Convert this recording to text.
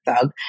thug